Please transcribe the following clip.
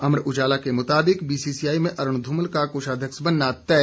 अमर उजाला के मुताबिक बीसीआई में अरूण धूमल का कोषाध्यक्ष बनना तय